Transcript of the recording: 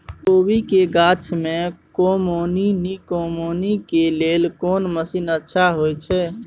कोबी के गाछी में कमोनी निकौनी के लेल कोन मसीन अच्छा होय छै?